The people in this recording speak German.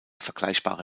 vergleichbare